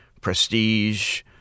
prestige